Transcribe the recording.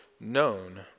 known